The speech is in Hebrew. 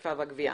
האכיפה והגבייה.